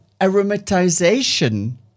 aromatization